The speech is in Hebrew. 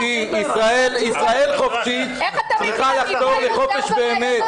גבירתי, ישראל חופשית צריכה לחתור לחופש באמת.